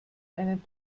einen